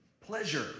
Pleasure